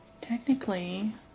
Technically